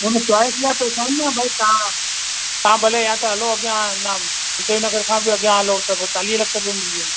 हुन चॉइस लाइ कोई थोरी न भई तव्हां तव्हां भले या त हलो अॻियां अञा विजय नगर खां बि अॻियां हलो त पोइ चालीह लखे रुपए मिली वेंदी